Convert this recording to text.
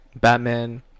Batman